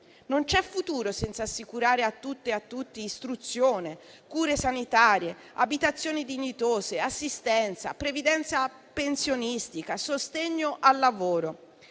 Non c'è futuro senza assicurare a tutte e a tutti istruzione, cure sanitarie, abitazioni dignitose, assistenza, previdenza pensionistica, sostegno al lavoro.